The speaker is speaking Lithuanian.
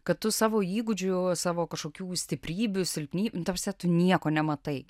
kad tu savo įgūdžių savo kažkokių stiprybių silpnybių ta prasme tu nieko nematai